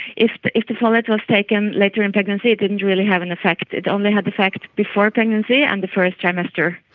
if the if the folate was taken later in pregnancy, it didn't really have an effect, it only had an effect before pregnancy and the first trimester.